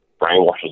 brainwashes